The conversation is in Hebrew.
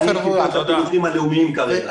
אני רואה את הנתונים הלאומיים כרגע.